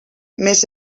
més